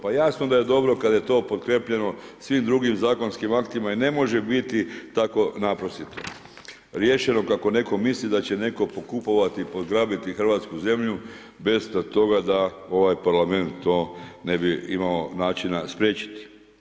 Pa jasno da je dobro kada je to potkrijepljeno svim drugim zakonskim aktima i ne može biti tako naprasito riješeno kako netko misli da će netko pokupovati, pograbiti hrvatsku zemlju bez toga da ovaj Parlament to ne bi imao načina spriječiti.